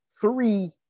three